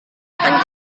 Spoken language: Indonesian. akan